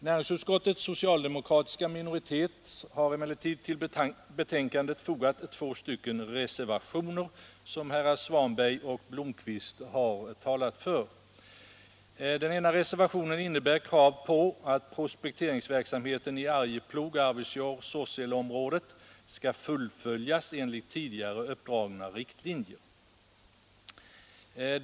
Näringsutskottets socialdemokratiska minoritet har emellertid till betänkandet fogat två reservationer, som herrar Svanberg och Blomkvist talat för. Den ena reservationen innebär krav på att prospekteringsverksamheten i Arjeplog-Arvidsjaur-Sorseleområdet skall fullföljas enligt tidigare uppdragna riktlinjer.